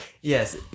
yes